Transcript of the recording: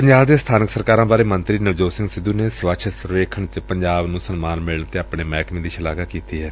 ਪੰਜਾਬ ਦੇ ਸਬਾਨਕ ਸਰਕਾਰਾਂ ਬਾਰੇ ਮੰਤਰੀ ਨਵਜੋਤ ਸਿੰਘ ਸਿੱਧੁ ਨੇ ਸਵੱਛ ਸਰਵੇਖਣ ਵਿਚ ਪੰਜਾਬ ਨੂੰ ਸਨਮਾਨ ਮਿਲਣ ਤੇ ਆਪਣੇ ਮਹਿਕਮੇ ਦੀ ਸ਼ਲਾਘਾ ਕੀਤੀ ਏ